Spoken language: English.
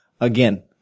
again